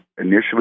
initially